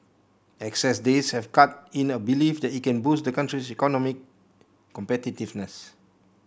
excess days have cut in a belief that it can boost the country's economic competitiveness